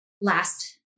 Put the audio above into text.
last